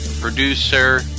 producer